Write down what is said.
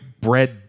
bread